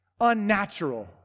Unnatural